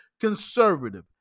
conservative